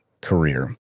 career